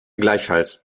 gleichfalls